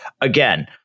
again